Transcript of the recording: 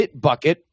Bitbucket